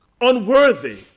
unworthy